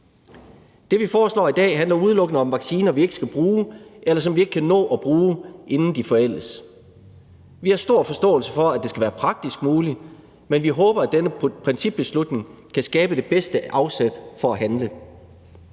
Det, vi foreslår i dag, handler udelukkende om vacciner, vi ikke skal bruge, eller som vi ikke kan nå at bruge, inden de forældes. Vi har stor forståelse for, at det skal være praktisk muligt, men vi håber, at denne principbeslutning kan skabe det bedste afsæt for at handle.